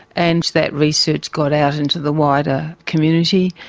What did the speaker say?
and that research got out into the wider community.